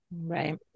Right